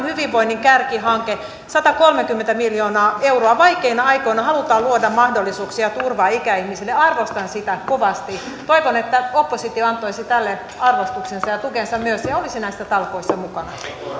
hyvinvoinnin kärkihanke satakolmekymmentä miljoonaa euroa vaikeina aikoina halutaan luoda mahdollisuuksia ja turvaa ikäihmisille ja arvostan sitä kovasti toivon että oppositio antaisi tälle arvostuksensa ja tukensa myös ja olisi näissä talkoissa mukana